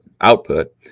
output